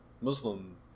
Muslim